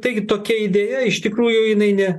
taigi tokia idėja iš tikrųjų jinai ne